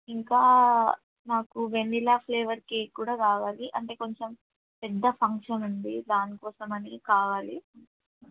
ఇంకా నాకు vanilla flavour cake కూడా కావాలి అంటే కొంచెం పెద్ద ఫంక్షన్ ఉంది దాని కోసంమని కావాలి